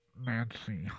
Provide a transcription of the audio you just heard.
Nancy